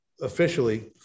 officially